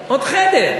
לא, עוד חדר, עוד חדר.